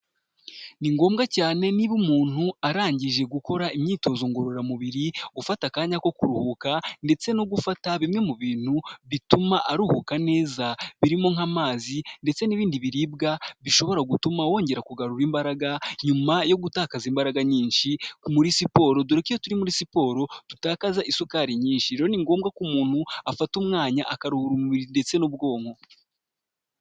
Ni ngombwa cyane niba umuntu arangije gukora imyitozo ngororamubiri, gufata akanya ko kuruhuka ndetse no gufata bimwe mu bintu bituma aruhuka neza, birimo nk'amazi ndetse n'ibindi biribwa bishobora gutuma wongera kugarura imbaraga nyuma yo gutakaza imbaraga nyinshi muri siporo, dore ko iyo turi muri siporo dutakaza isukari nyinshi, rero ni ngombwa ko umuntu afata umwanya akaruhura urumuri ndetse n'ubwonko.